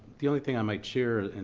the only thing i might share, and